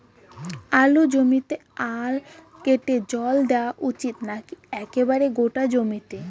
আলুর জমিতে আল কেটে জল দেওয়া উচিৎ নাকি একেবারে গোটা জমিতে?